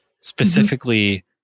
specifically